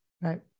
right